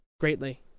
Greatly